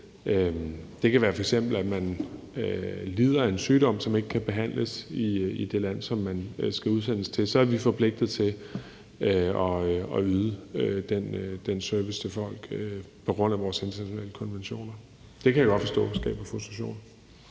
udvisning og f.eks. lider af en sygdom, som ikke kan behandles i det land, som man skal udsendes til. Så er vi forpligtet til at yde den service til folk på grund af de internationale konventioner. Det kan jeg godt forstå skaber frustration.